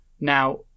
Now